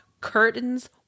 curtains